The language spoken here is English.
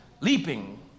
leaping